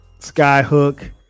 Skyhook